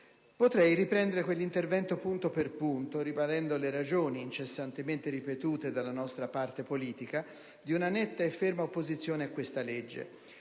Potrei riprendere quell'intervento punto per punto, ribadendo le ragioni - incessantemente ripetute dalla nostra parte politica - di una netta e ferma opposizione a questa legge: